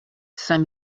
saint